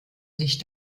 sich